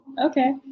Okay